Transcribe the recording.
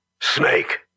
Snake